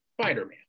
Spider-Man